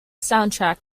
soundtrack